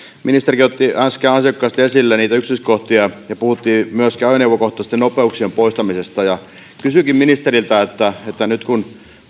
ministerikin otti äsken ansiokkaasti esille niitä yksityiskohtia ja puhuttiin myös ajoneuvokohtaisten nopeuksien poistamisesta kysynkin ministeriltä nyt kun